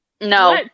no